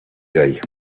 day